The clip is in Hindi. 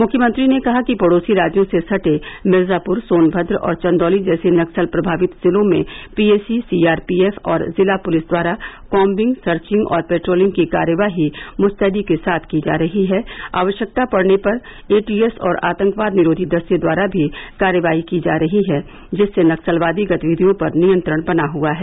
मुख्यमंत्री ने कहा कि पड़ोसी राज्यों से सटे मिर्जापुर सोनमद्र और चन्दौली जैसे नक्सल प्रमावित जिलों में पीएसी सीआरपीएफ और जिला पुलिस द्वारा कॉम्बिंग सर्चिंग और पेट्रोलिंग की कार्यवाही मुस्तैदी के साथ की जा रही है आवश्यकता पड़ने पर एटीएस और आतंकवाद निरोधी दस्ते द्वारा भी कार्यवाही की जा रही है जिससे नक्सलवादी गतिविधियों पर नियंत्रण बना हुआ है